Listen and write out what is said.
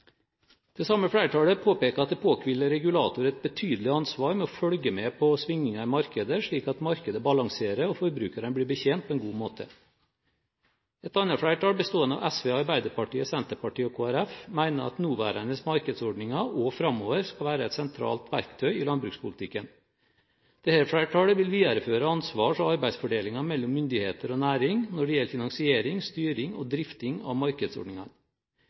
Det samme flertallet påpeker at det påhviler regulator et betydelig ansvar for å følge med på svingninger i markedet, slik at markedet balanserer og forbrukerne blir betjent på en god måte. Et annet flertall, bestående av SV, Arbeiderpartiet, Senterpartiet og Kristelig Folkeparti, mener at nåværende markedsordninger også framover skal være et sentralt verktøy i landbrukspolitikken. Dette flertallet vil videreføre ansvars- og arbeidsfordelingen mellom myndigheter og næring når det gjelder finansiering, styring og drifting av markedsordningene.